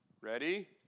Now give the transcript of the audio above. Ready